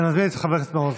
אני מזמין את חבר הכנסת מעוז.